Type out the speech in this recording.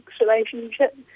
relationship